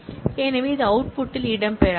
எனவே அது அவுட்புட்டில் இடம்பெறாது